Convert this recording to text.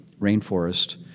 rainforest